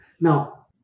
Now